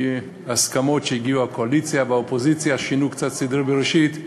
ובהסכמות שהגיעו אליהן הקואליציה והאופוזיציה שינו קצת סדרי בראשית,